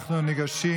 אנחנו ניגשים